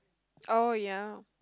oh ya